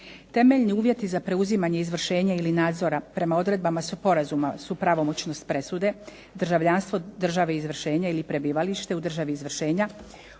Temeljni uvjeti za preuzimanje izvršenja ili nadzora prema odredbama sporazuma su pravomoćnost presude, državljanstvo države izvršenja ili prebivalište u državi izvršenja,